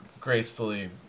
gracefully